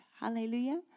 Hallelujah